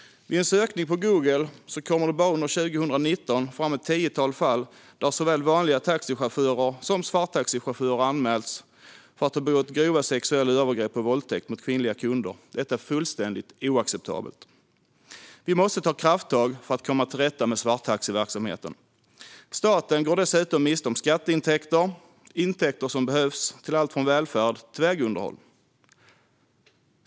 Vid en sökning på Google kommer det bara för 2019 fram ett tiotal fall där såväl vanliga taxichaufförer som svarttaxichaufförer anmälts för att ha begått grova sexuella övergrepp och våldtäkter mot kvinnliga kunder. Detta är fullständigt oacceptabelt. Vi måste ta krafttag för att komma till rätta med svarttaxiverksamheten. Staten går dessutom miste om skatteintäkter. Detta är intäkter som behövs till allt från välfärd till vägunderhåll.